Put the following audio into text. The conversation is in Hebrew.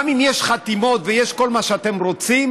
גם אם יש חתימות ויש כל מה שאתם רוצים,